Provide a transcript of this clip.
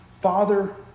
Father